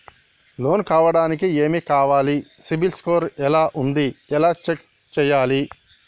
Loan కావడానికి ఏమి కావాలి సిబిల్ స్కోర్ ఎలా ఉంది ఎలా చెక్ చేయాలి?